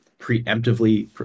preemptively